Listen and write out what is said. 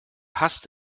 hasst